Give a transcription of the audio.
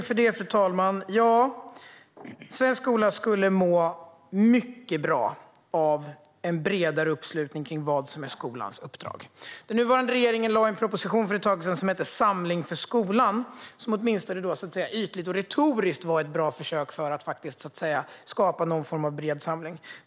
Fru talman! Svensk skola skulle må mycket bra av en bredare uppslutning kring vad som är skolans uppdrag. Den nuvarande regeringen lade fram en proposition för ett tag sedan som heter Samling för skolan . Det var åtminstone ytligt och retoriskt ett bra försök att skapa någon form av bred samling.